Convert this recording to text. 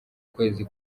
kwezi